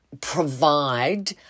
provide